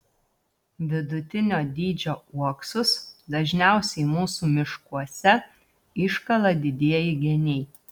vidutinio dydžio uoksus dažniausiai mūsų miškuose iškala didieji geniai